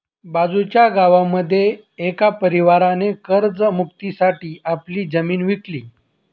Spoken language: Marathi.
बाजूच्या गावामध्ये एका परिवाराने कर्ज मुक्ती साठी आपली जमीन विकली